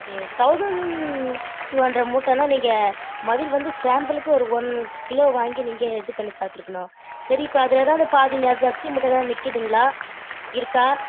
சரி thousand two hundred மூட்டைன்னா நீங்கள் மதில் வந்து சாம்பிளுக்கு ஒரு ஒன் கிலோ வாங்கி நீங்கள் இதுப்பண்ணி பார்த்துருக்கணும் சரி இப்போ அது ஏதாவது பாதி அரிசி மூட்டை ஏதாவது நிற்குதுங்களா இருக்கா